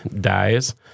dies